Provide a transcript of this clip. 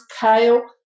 kale